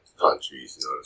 countries